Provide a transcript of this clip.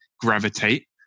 gravitate